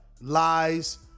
lies